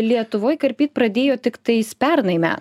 lietuvoj karpyt pradėjo tiktais pernai me